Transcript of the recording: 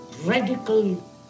radical